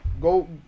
go